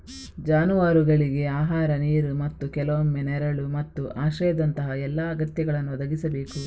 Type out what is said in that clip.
ಜಾನುವಾರುಗಳಿಗೆ ಆಹಾರ, ನೀರು ಮತ್ತು ಕೆಲವೊಮ್ಮೆ ನೆರಳು ಮತ್ತು ಆಶ್ರಯದಂತಹ ಎಲ್ಲಾ ಅಗತ್ಯಗಳನ್ನು ಒದಗಿಸಬೇಕು